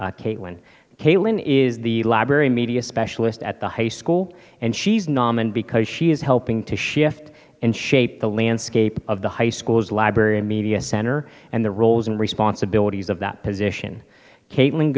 honor caitlin caitlyn is the l'abri media specialist at the high school and she's naaman because she is helping to shift and shape the landscape of the high school's library media center and the roles and responsibilities of that position caitlin